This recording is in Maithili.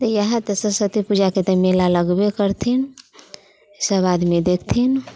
तऽ यहाँ तऽ सरस्वती पूजाके तऽ मेला लगबे करथिन सब आदमी देखथिन